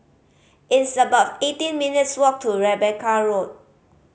it's about eighteen minutes' walk to Rebecca Road